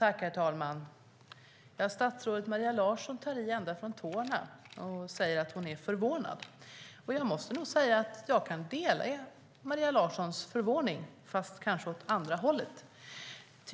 Herr talman! Statsrådet Maria Larsson tar i ända från tårna och säger att hon är förvånad. Jag kan dela hennes förvåning, fast kanske åt andra hållet.